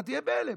אתה תהיה בהלם.